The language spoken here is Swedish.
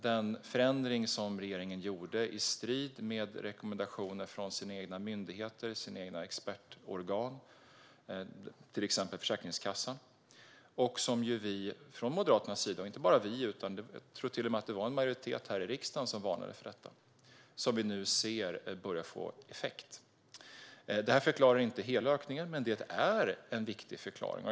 Den förändringen gjorde regeringen i strid med rekommendationer från sina egna myndigheter och sina egna expertorgan, till exempel Försäkringskassan. Vi från Moderaternas sida varnade för det som vi nu ser börjar få effekt. Det var inte bara vi som gjorde det, utan jag tror till och med att det var en majoritet här i riksdagen. Detta förklarar inte hela ökningen, men det är en viktig förklaring.